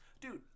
dude